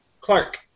Clark